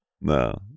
No